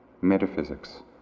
metaphysics